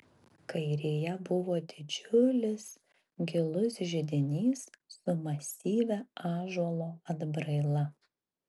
kairėje buvo didžiulis gilus židinys su masyvia ąžuolo atbraila